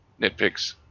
nitpicks